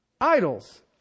idols